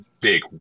big